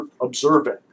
observing